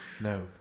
No